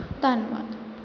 ਧੰਨਵਾਦ